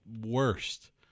worst